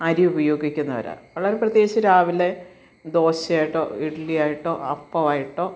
അരി ഉപയോഗിക്കുന്നവരാണ് നമ്മൾ പ്രത്യേകിച്ചു രാവിലെ ദോശയായിട്ടോ ഇഡ്ഡലിയായിട്ടോ അപ്പം ആയിട്ടോ